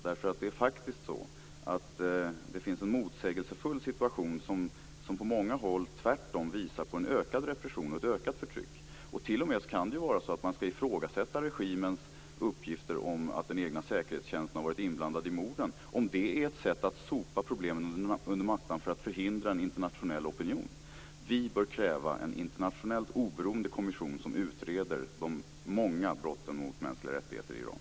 Det finns faktiskt en motsägelsefull situation som på många håll visar på en ökad repression och ett ökat förtryck. Det kan t.o.m. vara så att man skall ifrågasätta regimens uppgifter om att den egna säkerhetstjänsten har varit inblandad i morden, och fråga sig om det kan vara ett sätt att sopa problemen under mattan för att förhindra en internationell opinion. Vi bör kräva en internationellt oberoende kommission som utreder de många brotten mot mänskliga rättigheter i Iran.